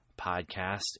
podcast